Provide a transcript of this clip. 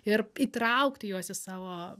ir įtraukti juos į savo